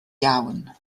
iawn